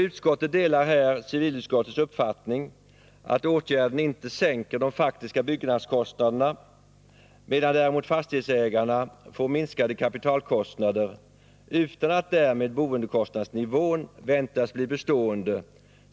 Utskottet delar här civilutskottets uppfattning att åtgärden inte sänker de faktiska byggkostnaderna. Fastighetsägarna får däremot minskade kapitalkostnader utan att därmed boendekostnadsnivån väntas bli bestående.